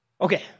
okay